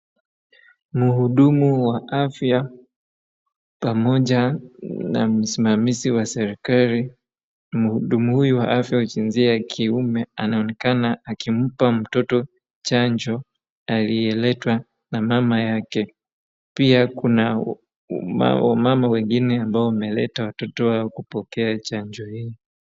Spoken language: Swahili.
Mhudumu wa afya pamoja na msimamizi wa serikali. Mhudumu huyu wa afya wa kiume anaonekana akimpa mtoto chanjo aliyeletwa na mama yake. Pia kuna wamama wengine ambao wamewaleta watoto wao kupokea chanjo hii.